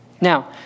Now